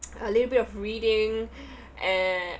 a little bit of reading and